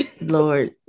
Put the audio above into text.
Lord